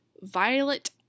Violet